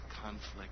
conflict